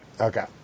Okay